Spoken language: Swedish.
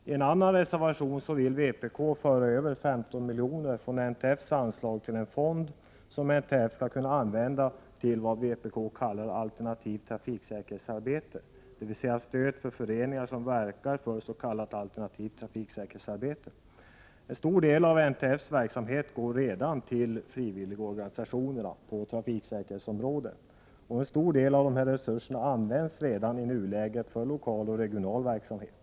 I en reservation vill vpk föra över 15 milj.kr. från NTF:s anslag till den fond som NTF skall kunna använda till vad vpk kallar alternativt trafiksäkerhetsarbete, dvs. till stöd för föreningar som verkar för s.k. alternativt säkerhetsarbete. En stor del av NTF:s verksamhet går redan till frivilligorganisationerna på trafiksäkerhetsområdet, och en stor del av resurserna används redan i nuläget för lokal och regional verksamhet.